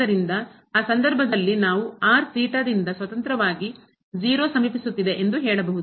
ಆದ್ದರಿಂದ ಆ ಸಂದರ್ಭದಲ್ಲಿ ನಾವು ಥೀಟಾ ದಿಂದ ಸ್ವತಂತ್ರವಾಗಿ 0 ಸಮೀಪಿಸುತ್ತಿದೆ ಎಂದು ಹೇಳಬಹುದು